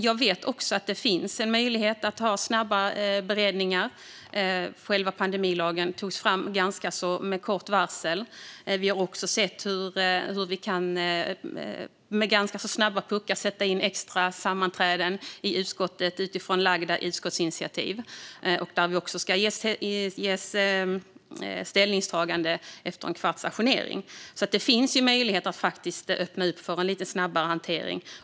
Jag vet att det finns en möjlighet att ha snabba beredningar. Själva pandemilagen togs fram med ganska kort varsel. Vi har också sett hur vi med ganska snabba puckar kan sätta in extra sammanträden i utskottet utifrån lagda utskottsinitiativ. Där kan vi även göra ställningstaganden efter en kvarts ajournering. Det finns alltså möjlighet att öppna upp för en lite snabbare hantering.